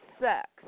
sex